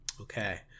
Okay